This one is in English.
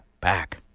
back